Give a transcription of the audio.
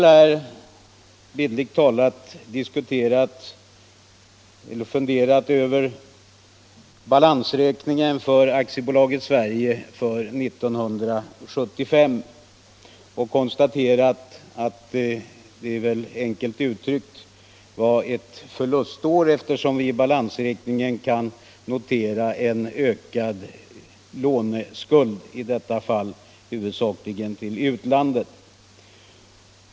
Vi har bildligt talat studerat balansräkningen för AB Sverige för 1975 och konstaterat att den väl, enkelt uttryckt, redovisar ett förlustår eftersom vi kunnat notera en ökad låneskuld till utlandet.